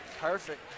Perfect